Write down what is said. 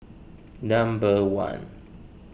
number one